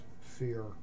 fear